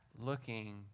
looking